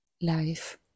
life